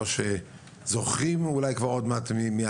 אולי עוד מעט גם לא שזוכרים כבר מי העליות